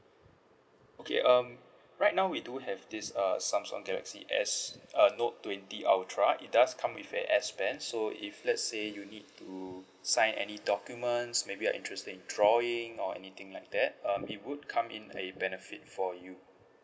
okay um right now we do have this uh samsung galaxy S uh note twenty ultra it does come with a S pen so if let's say you need to sign any documents maybe you are interested in drawing or anything like that um it would come in a benefit for you